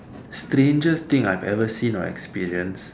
strangest thing I have ever seen or experienced